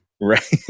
right